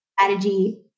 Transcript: strategy